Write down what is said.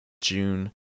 june